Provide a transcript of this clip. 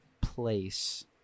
place